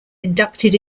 inducted